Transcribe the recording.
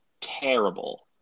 terrible